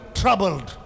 troubled